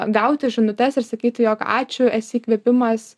gauti žinutes ir sakyti jog ačiū esi įkvėpimas